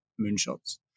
moonshots